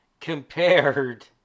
compared